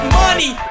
money